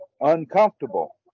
uncomfortable